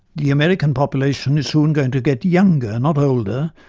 the american population is soon going to get younger, not older,